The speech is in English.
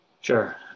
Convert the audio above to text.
Sure